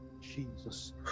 jesus